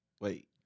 Wait